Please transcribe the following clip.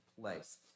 place